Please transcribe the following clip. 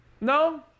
no